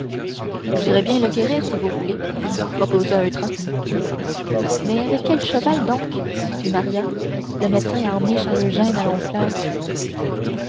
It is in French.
j'irai bien le quérir si vous voulez proposa eutrope mais avec quel cheval donc fit maria le médecin a emmené charles eugène à honfleur